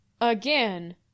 again